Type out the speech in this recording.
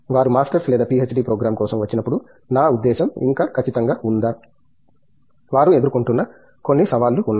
వారు మాస్టర్స్ లేదా PhD programme కోసం వచ్చినప్పుడు నా ఉద్దేశ్యం ఇంకా ఖచ్చితంగా ఉందా వారు ఎదుర్కొంటున్న కొన్ని సవాళ్లు ఉన్నాయి